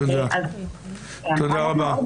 תודה רבה.